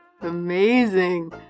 Amazing